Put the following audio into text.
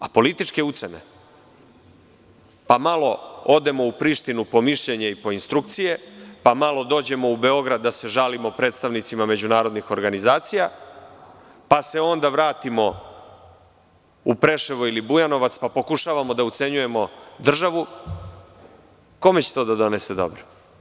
A političke ucene, pa malo odemo u Prištinu po mišljenje i po instrukcije, pa malo dođemo u Beograd da se žalimo predstavnicima međunarodnih organizacija, pa se onda vratimo u Preševo ili Bujanovac pa pokušavamo da ucenjujemo državu, kome će to da donese dobro?